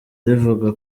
rivuga